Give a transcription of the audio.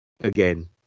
again